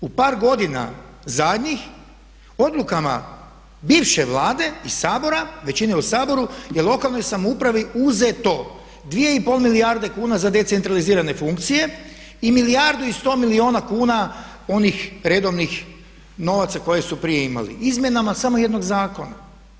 U par godina zadnjih odlukama bivše Vlade i Sabora, većine u Saboru je lokalnoj samoupravi uzeto 2 i pol milijarde kuna za decentralizirane funkcije i milijardu i sto milijuna kuna onih redovnih novaca koje su prije imali izmjenama samo jednog zakona.